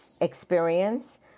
experience